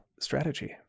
strategy